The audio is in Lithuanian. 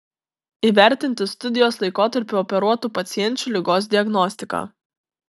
įvertinti studijos laikotarpiu operuotų pacienčių ligos diagnostiką